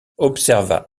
observa